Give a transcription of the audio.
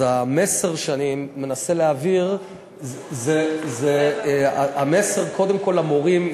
אז המסר שאני מנסה להעביר הוא קודם כול למורים.